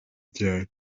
cyane